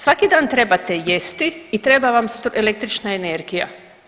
Svaki dan trebate jesti i treba vam električna energija.